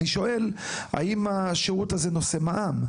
האם השירות הזה נושא מע"מ?